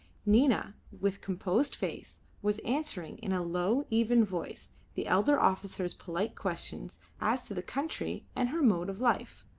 nina, with composed face, was answering in a low, even voice the elder officer's polite questions as to the country and her mode of life.